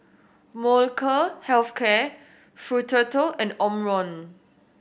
Molnylcke Health Care Futuro and Omron